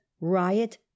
riot